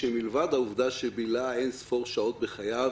שמלבד העובדה שבילה אין-ספור שעות בחייו